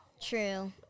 True